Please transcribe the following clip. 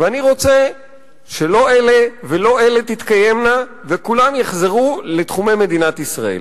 ואני רוצה שלא אלה ולא אלה תתקיימנה וכולם יחזרו לתחומי מדינת ישראל.